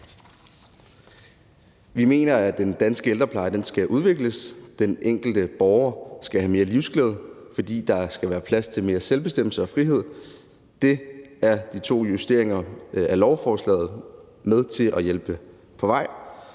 Vi mener, at den danske ældrepleje skal udvikles. Den enkelte borger skal have mere livsglæde, for der skal være plads til mere selvbestemmelse og frihed. Det er de to justeringer af lovforslaget med til at hjælpe på vej.